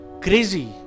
crazy